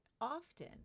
often